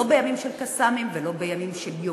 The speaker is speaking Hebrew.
לא בימי "קסאמים" ולא ביום-יום,